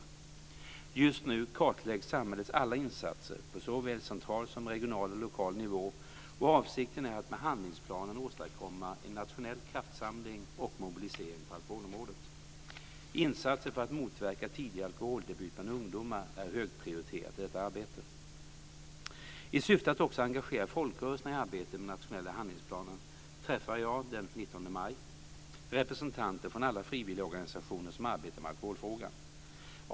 Just nu kartläggs samhällets alla insatser på såväl central som regional och lokal nivå, och avsikten är att med handlingsplanen åstadkomma en nationell kraftsamling och mobilisering på alkoholområdet. Insatser för att motverka tidig alkoholdebut bland ungdomar är högprioriterat i detta arbete. I syfte att också engagera folkrörelserna i arbetet med den nationella handlingsplanen träffar jag den 19 maj representanter från alla frivilligorganisationer som arbetar med alkoholfrågan.